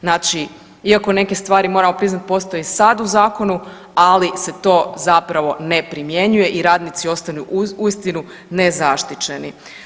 Znači, iako neke stvari, moramo priznati, postoje i sad u Zakonu, ali se to zapravo ne primjenjuje i radnici ostanu uistinu nezaštićeni.